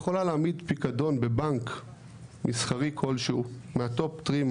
יכולה להעמיד פיקדון בבנק מסחרי כלשהו מה-top 3,